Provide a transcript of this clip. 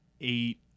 eight